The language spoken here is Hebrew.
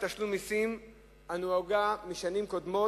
של תשלום מסים הנהוגה משנים קודמות,